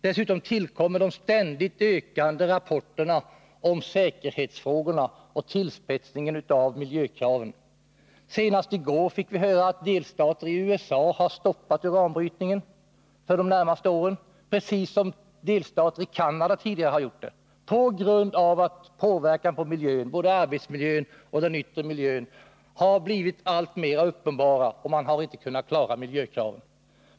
Dessutom kommer det ständigt ökande rapporter om säkerhetsfrågorna och tillspetsningen av miljökraven. Senast i går fick vi höra att man i delstater i USA har stoppat uranbrytningen för de närmaste åren precis som man har gjort tidigare i delstater i Canada, på grund av att påverkan på miljön — både arbetsmiljön och den yttre miljön — har blivit alltmer uppenbar — man har inte kunnat klara miljökraven.